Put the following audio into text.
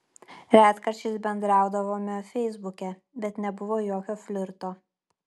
retkarčiais bendraudavome feisbuke bet nebuvo jokio flirto